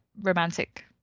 romantic